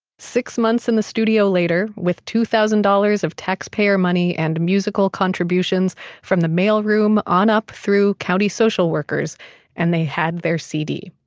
six months in the studio later with two thousand dollars of taxpayer money and musical contributions from the mailroom on up through county social workers and they had their cd.